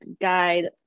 guide